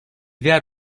diğer